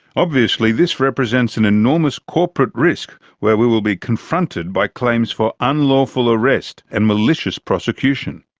obviously this represents an enormous corporate risk where we will be confronted by claims for unlawful arrest and malicious prosecution.